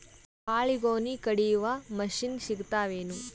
ಬಾಳಿಗೊನಿ ಕಡಿಯು ಮಷಿನ್ ಸಿಗತವೇನು?